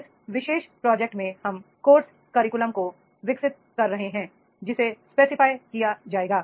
इस विशेष प्रोजेक्ट में हम कोर्स करिकुलम को विकसित कर रहे हैं जिसे स्पेसिफाइड किया जाएगा